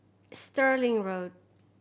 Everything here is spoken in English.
Stirling Road